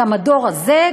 גם הדור הזה,